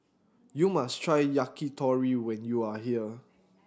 you must try Yakitori when you are here